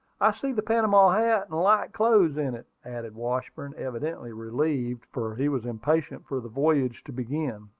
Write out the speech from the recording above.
i see the panama hat and light clothes in it, added washburn, evidently relieved, for he was impatient for the voyage to begin.